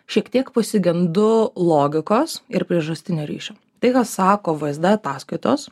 šiek tiek pasigendu logikos ir priežastinio ryšio tai ką sako v es d ataskaitos